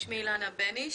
שמי אילנה בניש,